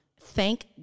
Thank